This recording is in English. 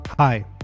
Hi